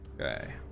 Okay